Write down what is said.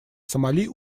сомали